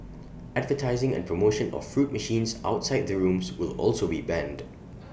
advertising and promotion of fruit machines outside the rooms will also be banned